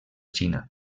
xina